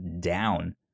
down